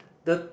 the